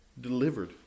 delivered